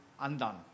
undone